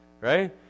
Right